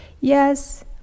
yes